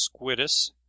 squidus